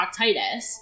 proctitis